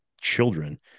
children